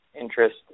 interest